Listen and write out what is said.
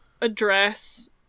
address